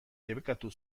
debekatu